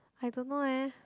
I don't know eh